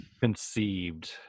conceived